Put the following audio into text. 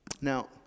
Now